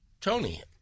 Tony